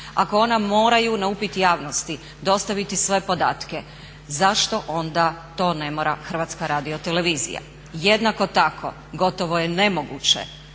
ako ona moraju na upit javnosti dostaviti svoje podatke, zašto onda to ne mora HRT? Jednako tako gotovo je nemoguće